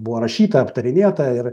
buvo rašyta aptarinėta ir